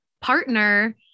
partner